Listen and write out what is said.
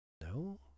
no